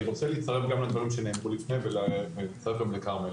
אני רוצה להצטרף גם לדברים שנאמרו לפני ולהצטרף גם לכרמל.